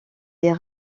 les